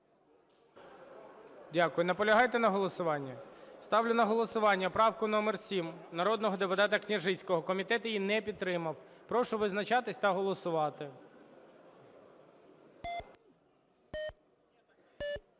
Дякую. Наполягаєте на голосуванні? Ставлю на голосування правку номер 7 народного депутата Княжицького. Комітет її не підтримав. Прошу визначатися та голосувати.